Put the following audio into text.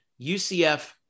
UCF